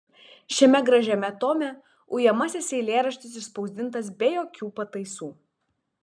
šiame gražiame tome ujamasis eilėraštis išspausdintas be jokių pataisų